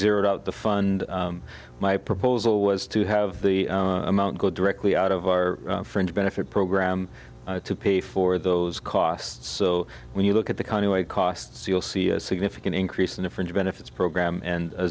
zeroed out the fund my proposal was to have the amount go directly out of our fringe benefit program to pay for those costs so when you look at the kind of way costs you'll see a significant increase in the fringe benefits program and a